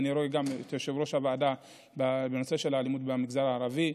ואני רואה גם את יושב-ראש הוועדה בנושא האלימות במגזר הערבי.